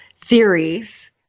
theories